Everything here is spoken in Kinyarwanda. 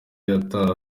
ataha